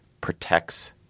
protects